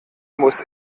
muss